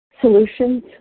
Solutions